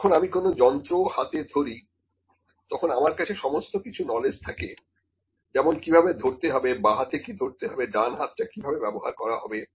যখন আমি কোন যন্ত্র হাতে ধরি তখন আমার কাছে সমস্ত কিছু নলেজ থাকে যেমন কিভাবে ধরতে হবে বাঁ হাতে কি ধরতে হবে ডান হাতটা কিভাবে ব্যবহার করা হবে